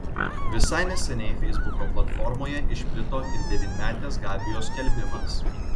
visai neseniai feisbuko platformoje išplito ir devynmetės gabijos skelbimas